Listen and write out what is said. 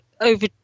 over